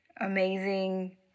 amazing